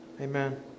Amen